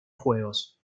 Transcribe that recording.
juegos